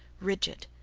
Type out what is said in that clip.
rigid,